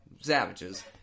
savages